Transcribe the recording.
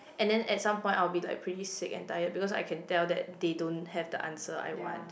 and then at some point I will be like pretty sick and tired because I can tell that they don't have the answer I want